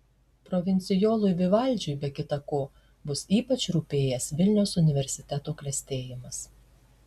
provincijolui vivaldžiui be kita ko bus ypač rūpėjęs vilniaus universiteto klestėjimas